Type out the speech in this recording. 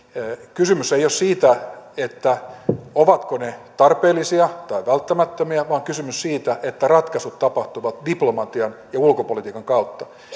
kysymys ei ole siitä ovatko ne tarpeellisia tai välttämättömiä vaan kysymys on siitä että ratkaisut tapahtuvat diplomatian ja ulkopolitiikan kautta